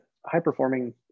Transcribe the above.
high-performing